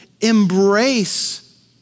embrace